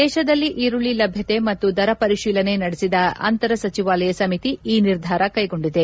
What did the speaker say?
ದೇಶದಲ್ಲಿ ಈರುಳ್ಳ ಲಭ್ಞತೆ ಮತ್ತು ದರ ಪರಿಶೀಲನೆ ನಡೆಸಿದ ಅಂತರ ಸಚಿವಾಲಯ ಸಮಿತಿ ಈ ನಿರ್ಧಾರ ಕ್ಲೆಗೊಂಡಿದೆ